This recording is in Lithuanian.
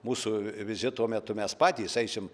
mūsų vizito metu mes patys eisim